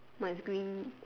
my screen